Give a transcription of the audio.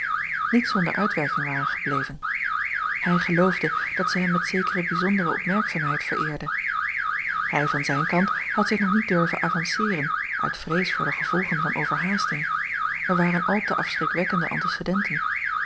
niet zonder uitwerking waren gebleven hij geloofde dat zij hem met zekere bijzondere opmerkzaamheid vereerde hij van zijn kant had zich nog niet durven avanceeren uit vrees voor de gevolgen van overhaasting er waren al te afschrikwekkende